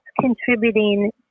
contributing